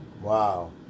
Wow